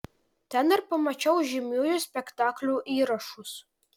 ten ir pamačiau žymiųjų spektaklių įrašus